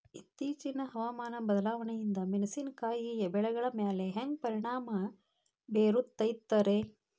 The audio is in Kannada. ಇತ್ತೇಚಿನ ಹವಾಮಾನ ಬದಲಾವಣೆಯಿಂದ ಮೆಣಸಿನಕಾಯಿಯ ಬೆಳೆಗಳ ಮ್ಯಾಲೆ ಹ್ಯಾಂಗ ಪರಿಣಾಮ ಬೇರುತ್ತೈತರೇ?